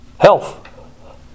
Health